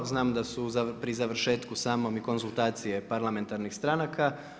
Znam da su pri završetkom samom i konzultacije parlamentarnih stranaka.